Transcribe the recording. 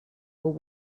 old